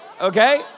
okay